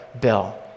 bill